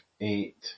eight